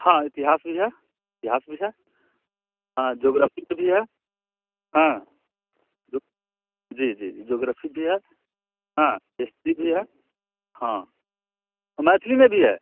हाँ इतिहास भी है इतिहास भी है जोग्रोफ़ी के भी है हाँ जो जी जी जी जोग्रफ़ी भी है हाँ हिस्ट्री भी है हाँ मैथिली में भी है